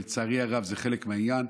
ולצערי הרב זה חלק מהעניין.